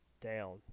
down